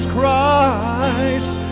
Christ